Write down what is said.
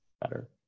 better